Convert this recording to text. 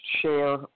share